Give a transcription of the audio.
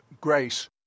Grace